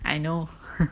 I know